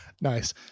Nice